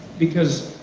because,